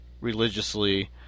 religiously